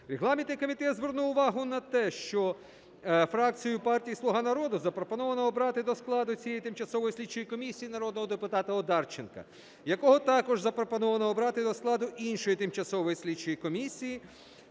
Регламентний комітет звернув увагу на те, що фракцією партії "Слуга народу" запропоновано обрати до складу цієї тимчасової слідчої комісії народного депутата Одарченка, якого також запропоновано обрати до складу іншої Тимчасової слідчої комісії